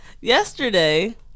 yesterday